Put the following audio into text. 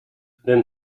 then